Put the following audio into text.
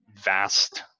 vast